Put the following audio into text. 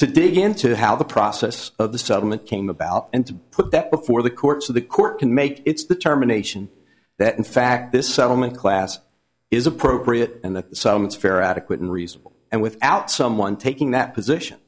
to dig into how the process of the settlement came about and to put that before the courts of the court can make its the terminations that in fact this settlement class is appropriate and that some it's fair adequate and reasonable and without someone taking that position